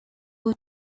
were